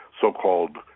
so-called